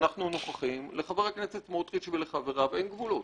אנחנו נוכחים לחבר הכנסת סמוטריץ' ולחבריו אין גבולות.